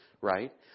right